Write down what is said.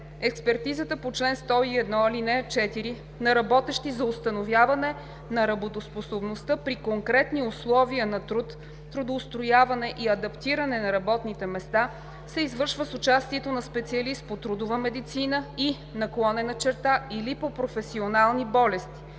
Експертизата по чл. 101, ал. 4 на работещи за установяване на работоспособността при конкретни условия на труд, трудоустрояване и адаптиране на работните места се извършва с участието на специалист по трудова медицина и/или по професионални болести.